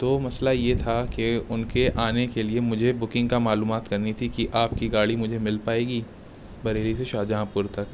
تو مسئلہ یہ تھا کہ ان کے آنے کے لیے مجھے بکنگ کا معلومات کرنی تھی کہ آپ کی گاڑی مجھے مل پائے گی بریلی سے شاہ جہان پور تک